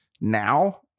Now